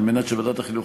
על מנת שוועדת החינוך,